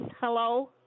hello